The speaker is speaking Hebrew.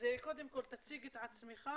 קודם כל תציג את עצמך,